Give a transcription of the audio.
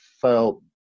felt